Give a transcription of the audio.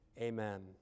Amen